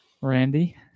Randy